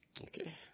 Okay